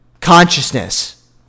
consciousness